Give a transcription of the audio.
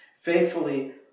faithfully